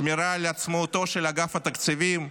שמירה על עצמאותו של אגף התקציבים,